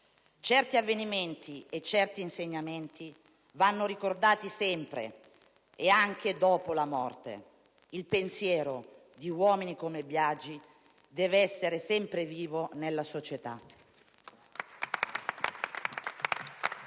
Certi avvenimenti e certi insegnamenti vanno ricordati sempre e, anche dopo la morte, il pensiero di uomini come Biagi deve essere sempre vivo nella società.